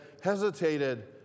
hesitated